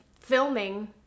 filming